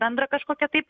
bendrą kažkokią tai